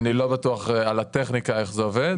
אני לא בטוח על הטכניקה, איך זה עובד.